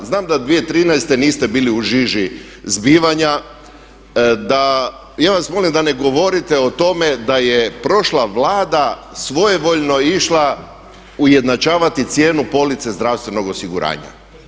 Znam da 2013. niste bili u žiži zbivanja, da ja vas molim da ne govorite o tome da je prošla Vlada svojevoljno išla ujednačavati cijenu police zdravstvenog osiguranja.